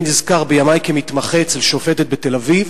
אני נזכר בימי כמתמחה אצל שופטת בתל-אביב,